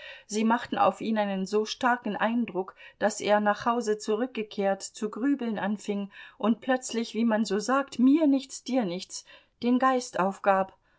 sie machten auf ihn einen so starken eindruck daß er nach hause zurückgekehrt zu grübeln anfing und plötzlich wie man so sagt mir nichts dir nichts den geist aufgab